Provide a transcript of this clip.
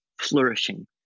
flourishing